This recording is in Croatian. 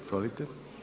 Izvolite.